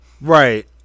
right